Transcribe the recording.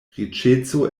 riĉeco